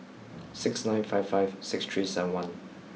six nine five five six three seven one